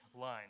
line